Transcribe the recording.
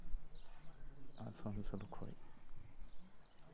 ᱟᱥᱟᱱᱥᱳᱞ ᱨᱮᱱᱟᱜ